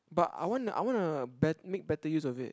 but I want I wanna uh bet make better use of it